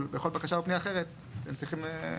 בכל בקשה או פנייה אחרת" אתם צריכים,